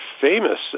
famous